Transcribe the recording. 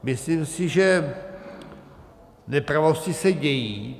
Myslím si, že nepravostí se dějí.